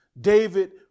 David